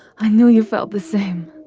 i knew you felt the same.